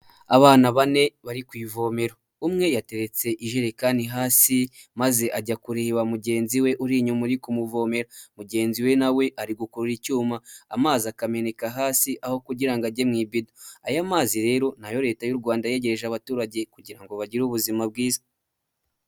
Abana bane bari ku ivomero, umwe yateretse ijekani hasi maze ajya kureba mugenzi we uri inyuma uri kumuvomera, mugenzi we nawe ari gukurura icyuma amazi akameneka hasi aho kugira ajye mu ibido, aya mazi rero ni ayo leta y'u Rwanda yegereje abaturage kugira ngo bagire ubuzima bwiza.